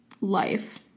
life